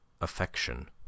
affection